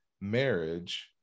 marriage